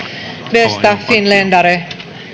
bästa finländare